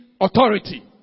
authority